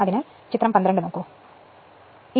അതിനാൽ ഇത് ചിത്രം 12 ആണ് ഇത് നമ്മുടെ 12ാമതു ചിത്രമാണ്